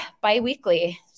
bi-weekly